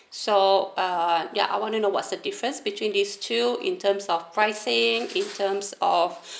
so uh ya I want to know what's the difference between these two in terms of pricing in terms of